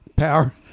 power